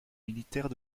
militaire